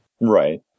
Right